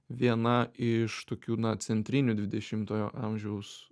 viena iš tokių na centrinių dvidešimtojo amžiaus